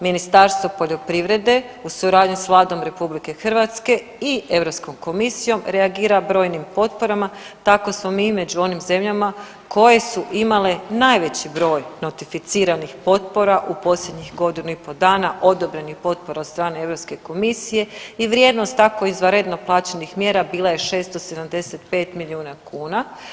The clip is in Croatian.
Ministarstvo poljoprivrede uz suradnju s Vladom RH i Europskom komisijom reagira brojnim potporama, tako smo mi među onim zemljama koje su imale najveći broj notificiranih potpora u posljednjih godinu i pol dana, odobrenih potpora od strane Europske komisije i vrijednost tako izvanredno plaćenih mjera bila je 675 milijuna kuna.